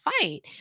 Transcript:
fight